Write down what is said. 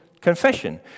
confession